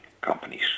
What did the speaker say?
companies